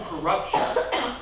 corruption